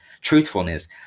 truthfulness